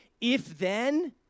if-then